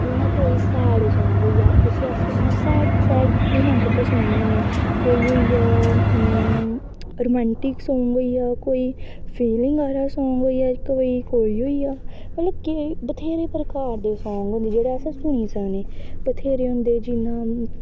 जि'यां कोई sad song होई गेआ उसी अस सैड सैड मूवमेंट पर सुनने होन्ने कोई होई गेआ रोमेंटिक सांग होई गेआ कोई फिलिंग आह्ला सांग होई गेआ कोई मतलब बथ्हेरे प्रकार दे सांग होंदे जेह्ड़े अस सुनी सकने बथ्हेरे होंदे जि'यां